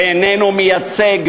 זה איננו מייצג,